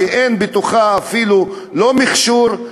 שאין בתוכה אפילו לא מכשור,